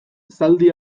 zaldi